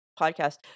podcast